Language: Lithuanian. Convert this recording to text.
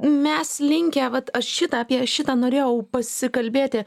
mes linkę vat aš šitą apie šitą norėjau pasikalbėti